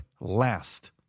last